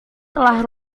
telah